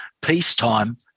peacetime